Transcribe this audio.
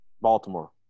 Baltimore